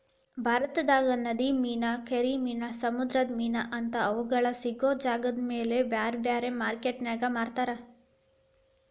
ಭಾರತದಾಗ ನದಿ ಮೇನಾ, ಕೆರಿ ಮೇನಾ, ಸಮುದ್ರದ ಮೇನಾ ಅಂತಾ ಅವುಗಳ ಸಿಗೋ ಜಾಗದಮೇಲೆ ಬ್ಯಾರ್ಬ್ಯಾರೇ ಮಾರ್ಕೆಟಿನ್ಯಾಗ ಮಾರ್ತಾರ